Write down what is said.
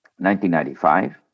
1995